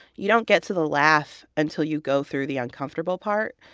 you don't get to the laugh until you go through the uncomfortable part.